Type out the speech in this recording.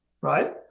Right